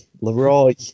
Leroy